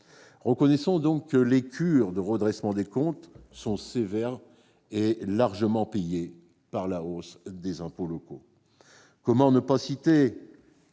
Reconnaissons que les cures de redressement des comptes sont sévères et largement payées par la hausse des impôts locaux. Comment ne pas citer